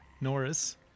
Norris